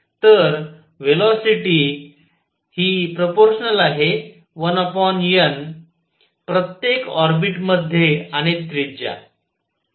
तर velocity 1n प्रत्येक orbit मध्ये आणि त्रिज्या